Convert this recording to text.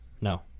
No